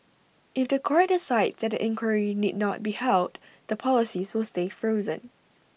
if The Court decides that inquiry need not be held the policies will stay frozen